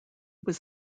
was